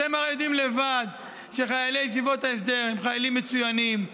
אתם הרי יודעים לבד שחיילי ישיבות ההסדר הם חיילים מצוינים.